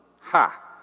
Ha